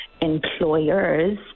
employers